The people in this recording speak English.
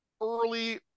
early